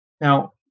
Now